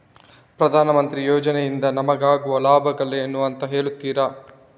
ಪ್ರಧಾನಮಂತ್ರಿ ಯೋಜನೆ ಇಂದ ನಮಗಾಗುವ ಲಾಭಗಳೇನು ಅಂತ ಹೇಳ್ತೀರಾ?